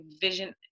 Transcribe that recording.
vision